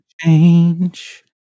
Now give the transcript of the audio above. change